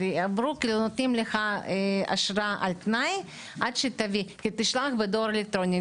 אבל אמרו: נותנים לך אשרה על תנאי עד שתשלח בדואר אלקטרוני.